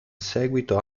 seguito